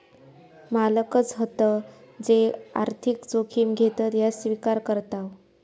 मालकच हत जे आर्थिक जोखिम घेतत ह्या स्विकार करताव